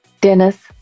Dennis